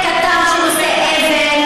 אתה בקריאה שנייה.